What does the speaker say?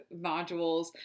modules